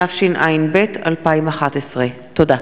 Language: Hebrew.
התשע"ב 2011. תודה.